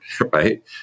right